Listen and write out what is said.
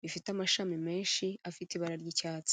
bifite amashami menshi afite ibara ry'icyatsi.